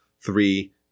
three